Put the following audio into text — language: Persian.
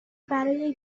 برای